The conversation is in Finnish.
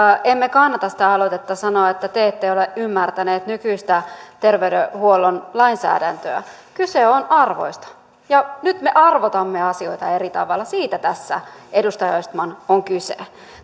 emme kannata sitä aloitetta sano että te ette ole ymmärtäneet nykyistä terveydenhuollon lainsäädäntöä kyse on arvoista ja nyt me arvotamme asioita eri tavalla siitä tässä edustaja östman on kyse